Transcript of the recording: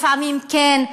לפעמים כן,